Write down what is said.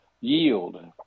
yield